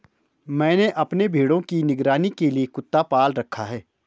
मैंने अपने भेड़ों की निगरानी के लिए कुत्ता पाल रखा है